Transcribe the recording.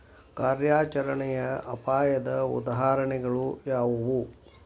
ಕಾರ್ಯಾಚರಣೆಯ ಅಪಾಯದ ಉದಾಹರಣೆಗಳು ಯಾವುವು